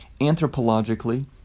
anthropologically